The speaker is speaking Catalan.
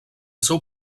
seu